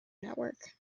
network